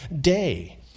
day